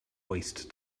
waste